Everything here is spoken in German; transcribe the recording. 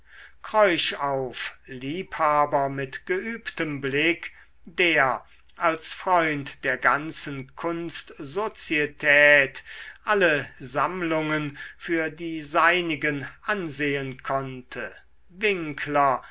kreuchauff liebhaber mit geübtem blick der als freund der ganzen kunstsozietät alle sammlungen für die seinigen ansehen konnte winkler